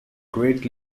great